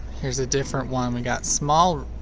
here's a different one, we got small,